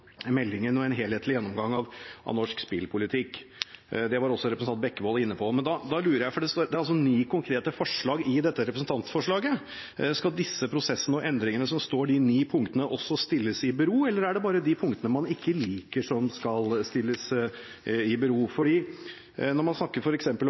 meldingen og en helhetlig gjennomgang av norsk spillpolitikk. Det var også representanten Bekkevold inne på. Men det er altså ni konkrete forslag i dette representantforslaget. Skal disse prosessene og endringene som står i de ni punktene, også stilles i bero, eller er det bare de punktene man ikke liker, som skal stilles i bero? For når man snakker f.eks. om